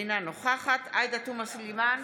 אינה נוכחת עאידה תומא סלימאן,